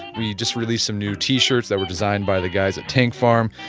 we just released some new t-shirts that were designed by the guys at tank farm,